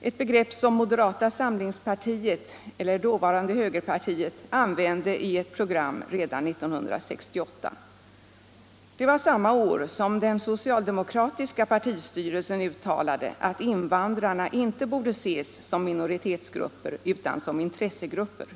ett begrepp som moderata samlingspartiet, eller dåvarande högerpartiet, använde i ett program redan 1968. Det var samma år som den socialdemokratiska partistyrelsen uttalade att invandrarna inte borde ses som minoritetsgrupper utan som intressegrupper.